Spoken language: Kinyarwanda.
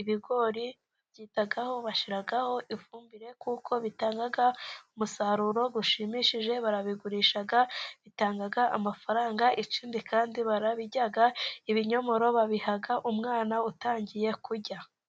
ibigori babyitaho bashyiraho ifumbire kuko bitanga umusaruro ushimishije, barabigurisha bitanga amafaranga icyindi kandi barabirya ibinyomoro babiha umwana utangiye kurya.